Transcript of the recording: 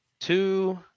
two